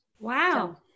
Wow